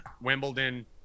wimbledon